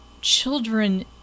children